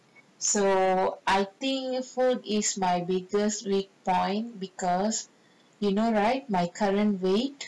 so I think food is my biggest weak point because you know right my current weight